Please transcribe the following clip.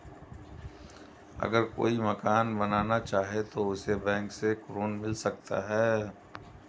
अगर कोई मकान बनाना चाहे तो उसे बैंक से ऋण मिल सकता है?